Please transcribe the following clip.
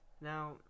Now